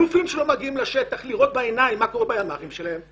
האלופים לא מגיעים לראות בעיניים מה קורה בימ"חים שלהם,